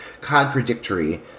contradictory